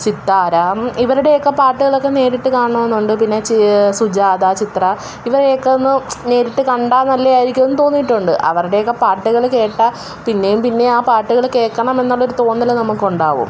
സിതാര ഇവരുടെയൊക്കെ പാട്ടുകളൊക്കെ നേരിട്ട് കാണണമെന്നുണ്ട് പിന്നെ സുജാത ചിത്ര ഇവരൊക്കെയൊന്ന് നേരിട്ട് കണ്ടാല് നല്ലതായിരിക്കും എന്ന് തോന്നിയിട്ടുണ്ട് അവരുടെയൊക്കെ പാട്ടുകള് കേട്ടാല് പിന്നെയും പിന്നെയും ആ പാട്ടുകള് കേൾക്കണമെന്ന ഒരു തോന്നല് നമുക്കുണ്ടാകും